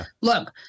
look